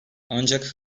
ancak